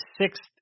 sixth